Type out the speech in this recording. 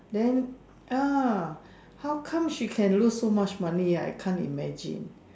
then ah how come she can lose so much money ah I can't imagine